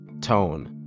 tone